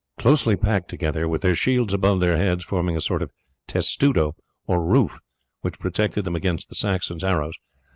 closely packed together, with their shields above their heads forming a sort of testudo or roof which protected them against the saxons' arrows,